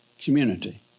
community